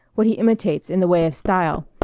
what he imitates in the way of style,